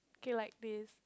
okay like this